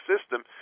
system